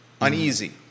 uneasy